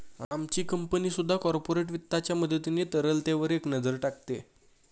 आमची कंपनी सुद्धा कॉर्पोरेट वित्ताच्या मदतीने तरलतेवर एक नजर टाकते